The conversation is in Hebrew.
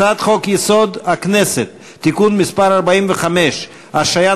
הצעת חוק-יסוד: הכנסת (תיקון מס' 45) (השעיית